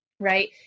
right